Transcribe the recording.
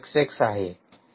xx आहे